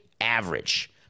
average